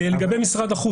לגבי משרד החוץ.